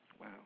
Wow